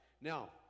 Now